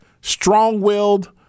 strong-willed